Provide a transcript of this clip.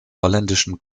holländischen